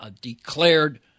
declared